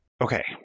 Okay